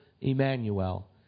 Emmanuel